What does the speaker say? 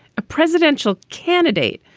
a presidential candidate,